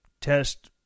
test